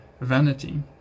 vanity